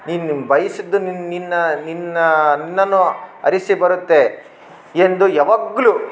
ನೀನು ಬಯ್ಸಿದ್ದು ನಿನ್ ನಿನ್ನ ನಿನ್ನ ನಿನ್ನನ್ನು ಅರಿಸಿ ಬರುತ್ತೆ ಎಂದು ಯಾವಾಗಲು